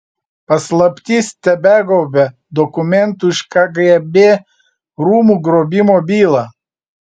paslaptis tebegaubia dokumentų iš kgb rūmų grobimo bylą